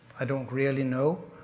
i don't really know.